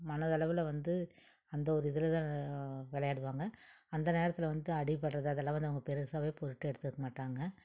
மனதளவில் வந்து அந்த ஒரு இதில்தான் விளையாடுவாங்க அந்த நேரத்தில் வந்து அடிபடுறது அதெல்லாம் வந்து அவங்க பெருசாகவே பொருட்டு எடுத்துக்க மாட்டாங்கள்